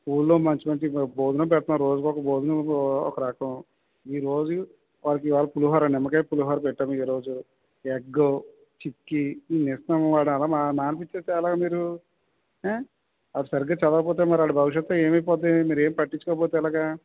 స్కూల్లో మంచి మంచి భోజనం పెడుతున్నాము రోజుకొక భోజనం రోజు ఒక రకం ఈ రోజు వాళ్ళకి ఇవాళ పులిహోర నిమ్మకాయ పులిహోర పెట్టాము ఈ రోజు ఎగ్ చిక్కీ ఇన్ని ఇస్తున్నాము వాడు అలా మనిపించేస్తే ఎలాగా మీరు ఏ వాడు సరిగ్గా చదవకపోతే వాడి భవిష్యత్తు ఏమైపోతుంది మీరు ఏమి పట్టించుకోకపోతే ఎలాగా